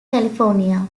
california